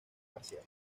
parcial